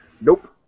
Nope